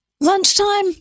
Lunchtime